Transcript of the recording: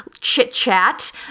chit-chat